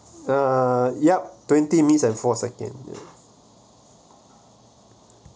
uh yup twenty minutes and four seconds